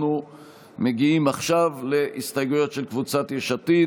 אנחנו מגיעים עכשיו להסתייגויות של קבוצת יש עתיד.